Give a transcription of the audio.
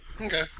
Okay